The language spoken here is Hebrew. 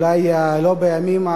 אולי לא בימים האחרונים,